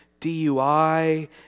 DUI